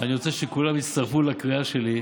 אני רוצה שכולם יצטרפו לקריאה שלי: